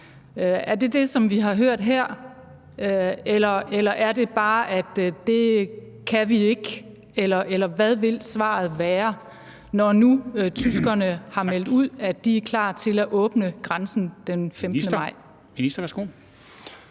Er det det, som vi har hørt her, eller er det bare, at det kan vi ikke, eller hvad vil svaret være, når nu tyskerne har meldt ud, at de er klar til at åbne grænsen den 15. maj?